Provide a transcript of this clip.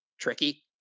tricky